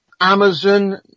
Amazon